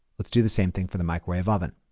let's do the same thing for the microwave oven.